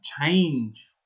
change